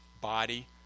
body